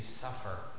suffer